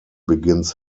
begins